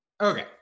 Okay